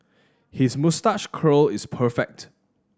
his moustache curl is perfect